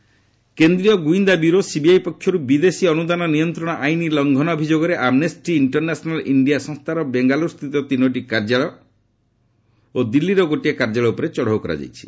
CBI Amnesty କେନ୍ଦ୍ରୀୟ ଗୁଇନ୍ଦା bureau CBI ପକ୍ଷରୁ ବିଦେଶୀ ଅନୁଦାନ ନିୟନ୍ତ୍ରଣ ଆଇନ୍ ଲଙ୍ଘନ ଅଭିଯୋଗରେ ଆମ୍ବେଷ୍ଟି ଇଷ୍ଟରନ୍ୟାସନାଲ୍ ଇଣ୍ଡିଆ ସଂସ୍ଥାର ବେଙ୍ଗାଲୁରୁ ସ୍ଥିତି ତିନୋଟି କାର୍ଯ୍ୟାଳୟ ଓ ଦିଲ୍ଲୀରେ ଗୋଟିଏ କାର୍ଯ୍ୟାଳୟ ଉପରେ ଚଢ଼ଉ କରିଛି